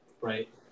Right